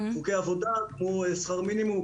כמו שכר מינימום,